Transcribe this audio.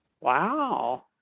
Wow